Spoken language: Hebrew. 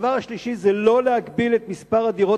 הדבר השלישי זה לא להגביל את מספר הדירות